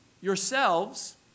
yourselves